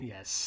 Yes